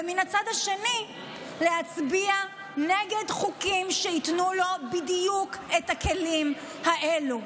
ומהצד האחר להצביע נגד חוקים שייתנו לו בדיוק את הכלים האלה.